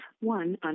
one